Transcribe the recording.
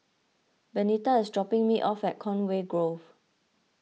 Benita is dropping me off at Conway Grove